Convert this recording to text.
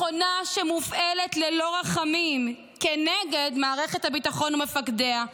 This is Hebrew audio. מכונה שמופעלת ללא רחמים כנגד מערכת הביטחון ומפקדיה,